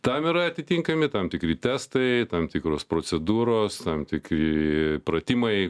tam yra atitinkami tam tikri testai tam tikros procedūros tam tikri pratimai